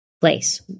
place